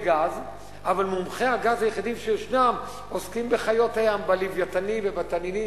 אבל מומחי הגז היחידים שישנם עוסקים בחיות הים: בלווייתנים ובתנינים